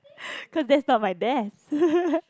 because that's not my desk